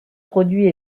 produits